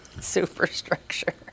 Superstructure